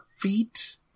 feet